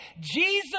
Jesus